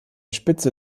spitze